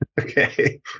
Okay